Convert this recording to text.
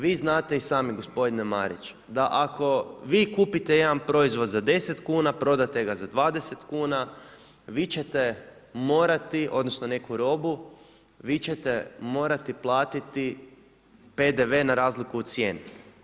Vi znate i sami gospodine Marić, da ako vi kupite jedan proizvod za 10 kuna, prodate ga za 20 kuna, vi ćete morati odnosno neku robu, vi ćete morati platiti PDV na razliku u cijeni.